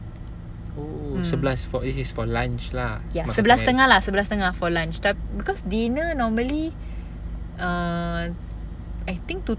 oh sebelas this is for lunch lah